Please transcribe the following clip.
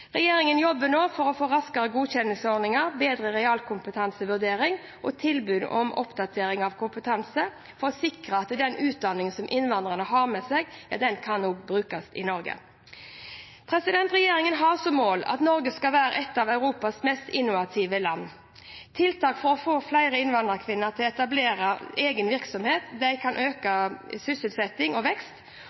Regjeringen jobber nå for å få raskere godkjenningsordninger, bedre realkompetansevurdering og tilbud om oppdatering av kompetanse, for å sikre at den utdanningen som innvandrerne har med seg, kan brukes også i Norge. Regjeringen har som mål at Norge skal være et av Europas mest innovative land. Tiltak for å få flere innvandrerkvinner til å etablere egen virksomhet kan skape økt sysselsetting og vekst.